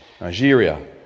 Nigeria